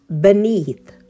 beneath